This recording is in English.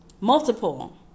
Multiple